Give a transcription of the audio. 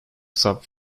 sub